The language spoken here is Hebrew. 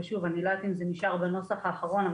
ואני לא יודעת אם זה נשאר בנוסח האחרון,